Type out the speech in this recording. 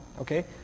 Okay